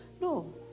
no